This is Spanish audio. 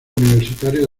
universitario